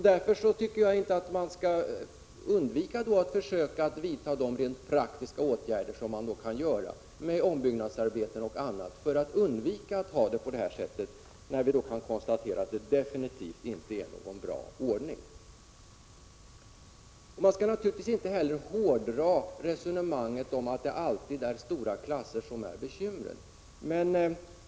Därför tycker jag inte att man skall underlåta att vidta de rent praktiska åtgärder som man genom ombyggnadsarbeten och annat kan vidta för att undvika att ha det på det här sättet. Vi kan ju konstatera att det absolut inte är någon bra ordning. Man skall naturligtvis inte heller hårdra resonemanget om att det alltid är stora klasser som är bekymret.